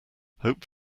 hope